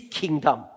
kingdom